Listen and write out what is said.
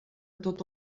tot